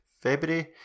February